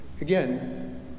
again